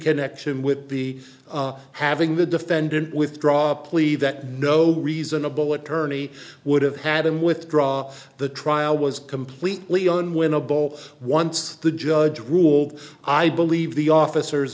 connection with be having the defendant withdraw a plea that no reasonable attorney would have had them withdraw the trial was completely unwinnable once the judge ruled i believe the officers